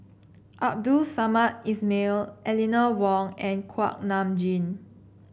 Abdul Samad Ismail Eleanor Wong and Kuak Nam Jin